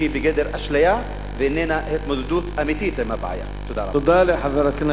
מַקְתוּלֻ בִּפִעְלַתִהִ/ וַקַאתִלֻ אל-רוּחִ לַא תַדְרִי